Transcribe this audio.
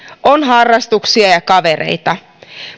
on harrastuksia ja kavereita